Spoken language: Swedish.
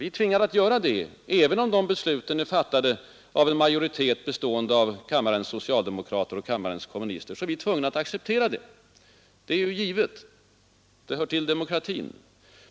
Vi är tvingade därtill, även om besluten är fattade av en majoritet bestående av kammarens socialdemokrater och kommunister. Det är givet — det tillhör demokratin.